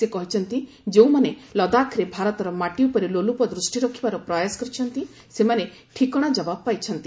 ସେ କହିଛନ୍ତି ଯେଉଁମାନେ ଲଦାଖରେ ଭାରତର ମାଟି ଉପରେ ଲୋଲୁପ ଦୃଷ୍ଟି ରଖିବାର ପ୍ରୟାସ କରିଛନ୍ତି ସେମାନେ ଠିକଣା ଜବାବ ପାଇଛନ୍ତି